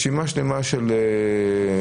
רשימה שלמה של דברים.